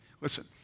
Listen